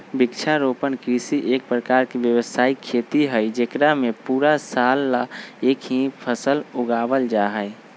वृक्षारोपण कृषि एक प्रकार के व्यावसायिक खेती हई जेकरा में पूरा साल ला एक ही फसल उगावल जाहई